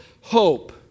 hope